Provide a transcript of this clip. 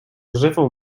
żywą